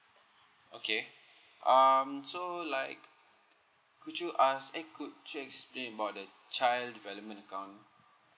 okay um so like could you ask eh could you explain about the child development account